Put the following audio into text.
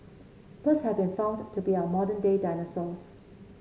birds have been found to be our modern day dinosaurs